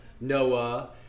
Noah